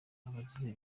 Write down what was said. abagize